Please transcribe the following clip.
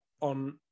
on